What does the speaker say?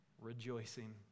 rejoicing